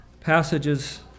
passages